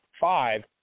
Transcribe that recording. five